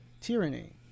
tyranny